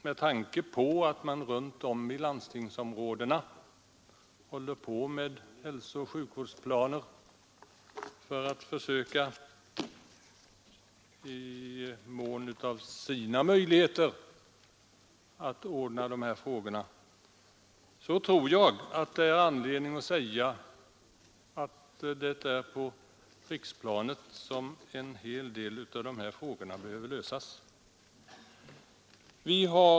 Med tanke på att man ute i landstingsområdena håller på att upprätta hälsooch sjukvårdsplaner tror jag att det finns anledning att framhålla att det är på riksplanet som en hel del av dessa frågor skall lösas.